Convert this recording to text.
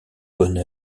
bonne